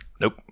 Nope